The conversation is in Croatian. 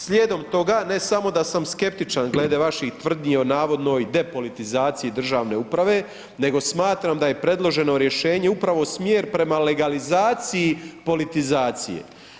Slijedom toga ne samo da sam skeptičan glede vaših tvrdnji o navodnoj depolitizaciji državne uprave nego smatram da je predloženo rješenje upravo smjer prema legalizaciji politizacije.